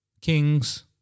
kings